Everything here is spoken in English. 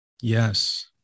Yes